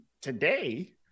today